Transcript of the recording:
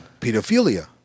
pedophilia